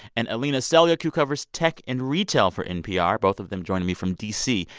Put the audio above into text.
and alina selyukh, who covers tech and retail for npr both of them joining me from d c.